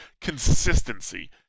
consistency